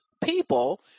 people